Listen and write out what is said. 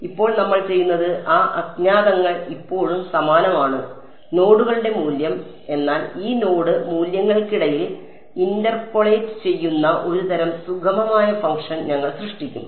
ഇപ്പോൾ നമ്മൾ ചെയ്യുന്നത് ആ അജ്ഞാതങ്ങൾ ഇപ്പോഴും സമാനമാണ് നോഡുകളുടെ മൂല്യം എന്നാൽ ഈ നോഡ് മൂല്യങ്ങൾക്കിടയിൽ ഇന്റർപോളേറ്റ് ചെയ്യുന്ന ഒരു തരം സുഗമമായ ഫംഗ്ഷൻ ഞങ്ങൾ സൃഷ്ടിക്കും